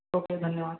okay धन्यवाद